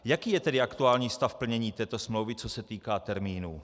Jaký je tedy aktuální stav plnění této smlouvy, co se týká termínů?